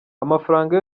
amafaranga